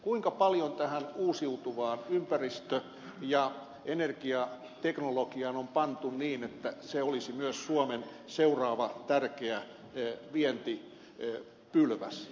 kuinka paljon tähän uusiutuvaan ympäristö ja energiateknologiaan on pantu niin että se olisi myös suomen seuraava tärkeä vientipylväs